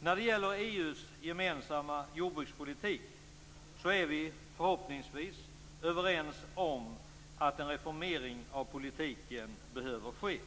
När det gäller EU:s gemensamma jordbrukspolitik är vi förhoppningsvis överens om att en reformering av politiken behöver ske.